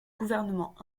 gouvernements